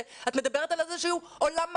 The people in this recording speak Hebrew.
את מדברת על איזה שהוא עולם מקביל,